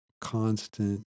constant